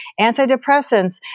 Antidepressants